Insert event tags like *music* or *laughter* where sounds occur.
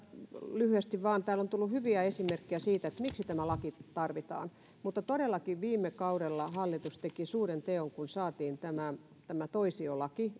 lyhyesti täällä on tullut hyviä esimerkkejä siitä miksi tämä laki tarvitaan todellakin viime kaudella hallitus teki suuren teon kun saatiin toisiolaki *unintelligible*